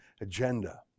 agenda